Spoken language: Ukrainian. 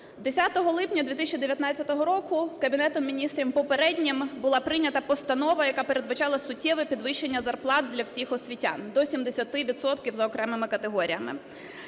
10 липня 2019 року Кабінетом Міністрів попереднім була прийнята постанова, яка передбачала суттєве підвищення зарплат для всіх освітян до 70 відсотків за окремими категоріями.